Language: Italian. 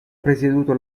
presieduto